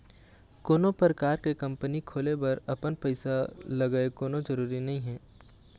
कोनो परकार के कंपनी खोले बर अपन पइसा लगय कोनो जरुरी नइ हे